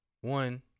one